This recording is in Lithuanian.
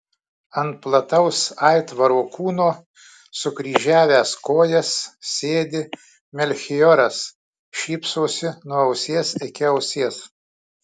ant plataus aitvaro kūno sukryžiavęs kojas sėdi melchioras šypsosi nuo ausies iki ausies